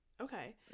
okay